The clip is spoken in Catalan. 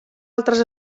altres